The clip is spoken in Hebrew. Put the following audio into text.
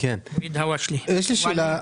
יש לי שאלה.